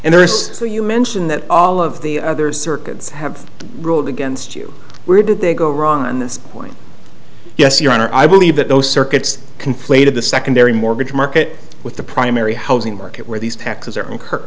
and there's so you mention that all of the other circuits have ruled against you where did they go wrong on this point yes your honor i believe that those circuits conflated the secondary mortgage market with the primary housing market where these taxes are